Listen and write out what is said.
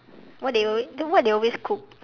what they alway what they always cook